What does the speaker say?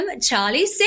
Charlie